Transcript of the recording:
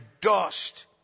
dust